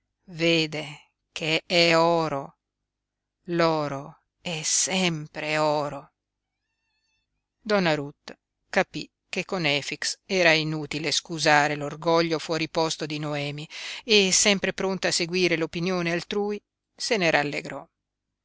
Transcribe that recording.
vede che è oro l'oro è sempre oro donna ruth capí che con efix era inutile scusare l'orgoglio fuori posto di noemi e sempre pronta a seguire l'opinione altrui se ne rallegrò